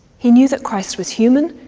he knew that christ was human.